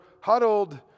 huddled